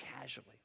casually